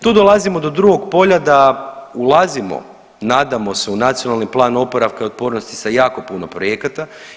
Tu dolazimo do drugog polja da ulazimo nadamo se u Nacionalni plan oporavka i otpornosti sa jako puno projekata.